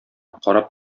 карап